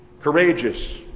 courageous